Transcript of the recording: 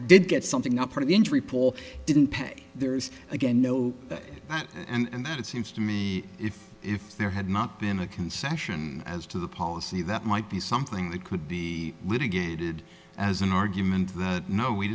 did get something up from the injury pool didn't pay theirs again no and that it seems to me if if there had not been a concession as to the policy that might be something that could be litigated as an argument that no we